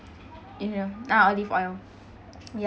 you know ah olive oil ya